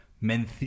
men